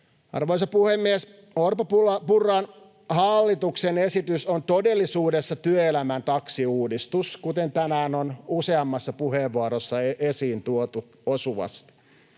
Arvoisa puhemies! Orpon—Purran hallituksen esitys on todellisuudessa työelämän taksiuudistus, kuten tänään on useammassa puheenvuorossa esiin tuotu osuvasti.